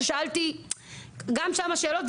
ששאלתי גם שם כמה שאלות,